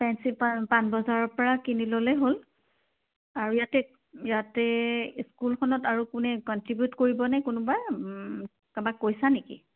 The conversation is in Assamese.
ফেঞ্চি পাণ বজাৰৰ পৰা কিনি ল'লেই হ'ল আৰু ইয়াতে ইয়াতে স্কুলখনত আৰু কোনে কণ্ট্ৰিবিউট কৰিব নে কোনোবা কাবাক কৈছা নেকি